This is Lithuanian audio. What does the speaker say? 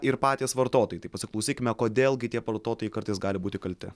ir patys vartotojai tai pasiklausykime kodėl gi tie vartotojai kartais gali būti kalti